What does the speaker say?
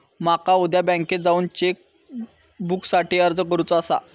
माका उद्या बँकेत जाऊन चेक बुकसाठी अर्ज करुचो आसा